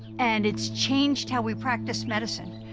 and it's changed how we practice medicine.